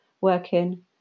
working